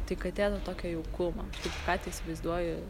tai katė to tokio jaukumo tai katę įsivaizduoju